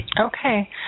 Okay